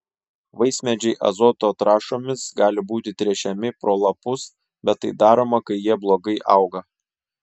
vaismedžiai azoto trąšomis gali būti tręšiami pro lapus bet tai daroma kai jie blogai auga